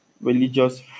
religious